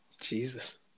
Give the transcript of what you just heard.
Jesus